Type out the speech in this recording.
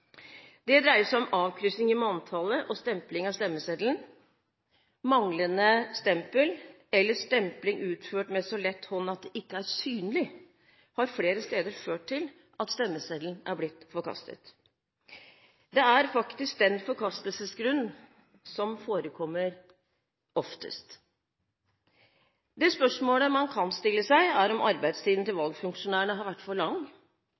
Det dreier seg om avkryssing i manntallet og stempling av stemmeseddelen, manglende stempel eller at stempling utført med så lett hånd at den ikke er synlig, flere steder har ført til at stemmeseddelen er blitt forkastet. Det er faktisk den forkastelsesgrunn som forekommer oftest. Det spørsmålet man kan stille seg, er om arbeidstiden til valgfunksjonærene har vært for lang